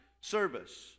service